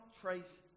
trace